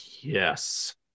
yes